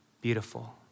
beautiful